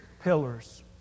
Pillars